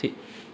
ঠিক